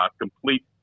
complete